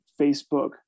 Facebook